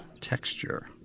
texture